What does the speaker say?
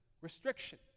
restriction